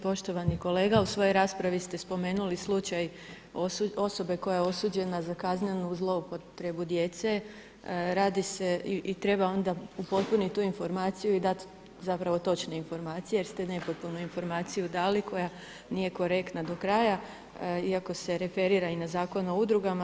Poštovani kolega u svojoj raspravi ste spomenuli slučaj osobe koja je osuđena za kaznenu zloupotrebu djece, radi se i treba onda upotpuniti tu informaciju i dati zapravo točne informacije jer ste nepotpunu informaciju dali koja nije korektna do kraja iako se referira i na zakon o udrugama.